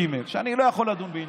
ג' ואני לא יכול לדון בעניינם.